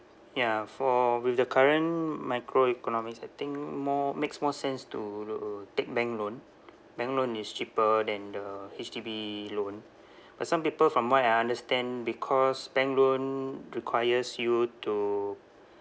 ya for with the current micro economies I think more makes more sense to to take bank loan bank loan is cheaper than the H_D_B loan but some people from what I understand because bank loan requires you to